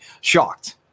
shocked